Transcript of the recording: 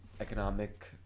economic